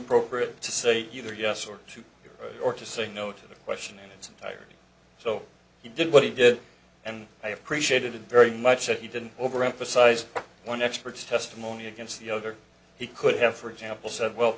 improper to say either yes or to or to say no to the question in its entirety so he did what he did and i appreciated very much that he didn't overemphasize one expert's testimony against the other he could have for example said we